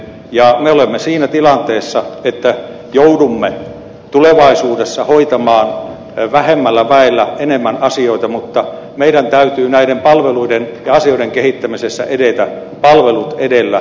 me olemme siinä tilanteessa että joudumme tulevaisuudessa hoitamaan vähemmällä väellä enemmän asioita mutta meidän täytyy näiden palveluiden ja asioiden kehittämisessä edetä palvelut edellä